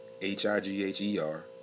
H-I-G-H-E-R